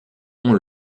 ont